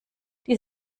die